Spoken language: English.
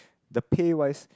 the pay wise